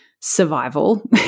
survival